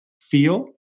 feel